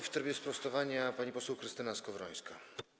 W trybie sprostowania - pani poseł Krystyna Skowrońska.